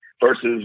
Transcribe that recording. versus